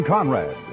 Conrad